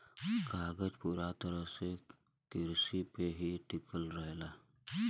कागज पूरा तरह से किरसी पे ही टिकल रहेला